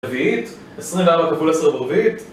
רביעית, 24 כפול 10 ברביעית